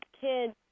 kids